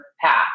path